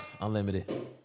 Unlimited